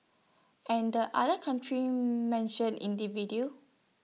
and the other country mention in the video